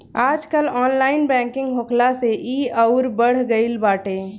आजकल online banking होखला से इ अउरी बढ़ गईल बाटे